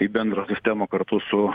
į bendrą sistemą kartu su